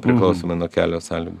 priklausoma nuo kelio sąlygų